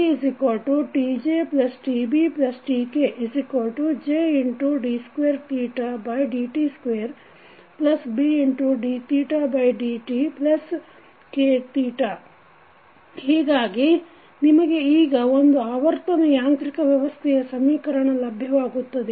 TTJTBTKJd2dt2Bdθdtkθ ಹೀಗಾಗಿ ನಿಮಗೆ ಈಗ ಒಂದು ಆವರ್ತನ ಯಾಂತ್ರಿಕ ವ್ಯವಸ್ಥೆಯ ಸಮೀಕರಣ ಲಭ್ಯವಾಗುತ್ತದೆ